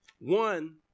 One